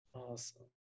Awesome